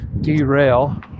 derail